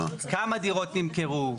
כמה דירות נמכרו,